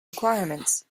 requirements